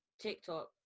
TikTok